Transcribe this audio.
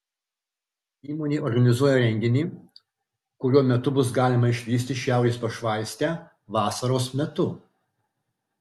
įmonė organizuoja renginį kurio metu bus galima išvysti šiaurės pašvaistę vasaros metu